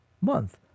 month